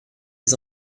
les